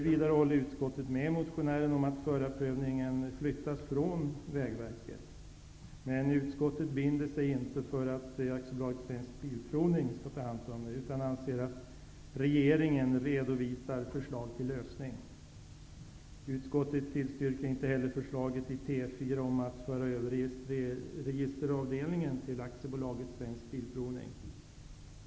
Vidare håller utskottet med motionären om att förarprövningen flyttas från Bilprovning utan anser att regeringen skall redovisa förslag till lösning. Utskottet tillstyrker inte heller förslaget i motion T4 om att föra över registeravdelningen till AB Svensk Bilprovning.